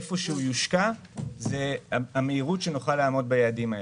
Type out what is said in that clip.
איפה שהוא יושקע זה המהירות שנוכל לעמוד ביעדים האלה.